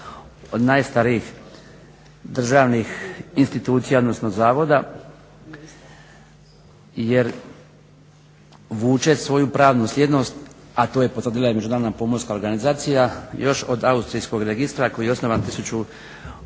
od najstarijih državnih zavoda jer vuče svoju pravnu slijednost, a to je potvrdila i Međunarodna pomorska organizacija još od austrijskog registra koji je osnovan 1858.godine